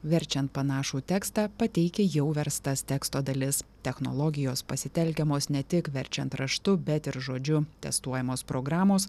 verčiant panašų tekstą pateikia jau verstas teksto dalis technologijos pasitelkiamos ne tik verčiant raštu bet ir žodžiu testuojamos programos